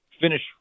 finish